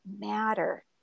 matter